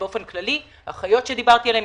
אלא באופן כללי האחיות שדיברתי עליהן,